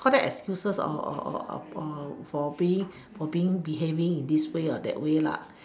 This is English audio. call that excuses for being for being behaving in this way or that way